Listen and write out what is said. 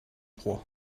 proie